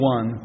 One